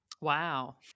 Wow